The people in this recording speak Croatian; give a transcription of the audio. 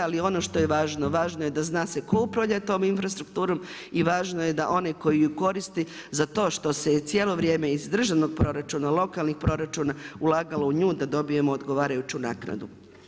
Ali ono što je važno, važno je da zna se tko upravlja tom infrastrukturom i važno je da oni koji je koriste za to što se je cijelo vrijeme iz državnog proračuna, lokalnih proračuna ulagalo u nju da dobijemo odgovarajuću naknadu.